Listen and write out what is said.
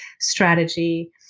strategy